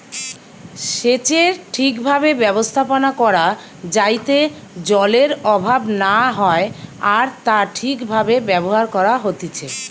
সেচের ঠিক ভাবে ব্যবস্থাপনা করা যাইতে জলের অভাব না হয় আর তা ঠিক ভাবে ব্যবহার করা হতিছে